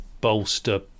bolster